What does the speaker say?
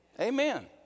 Amen